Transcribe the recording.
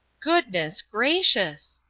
good-ness gracious!